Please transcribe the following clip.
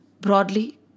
Broadly